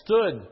stood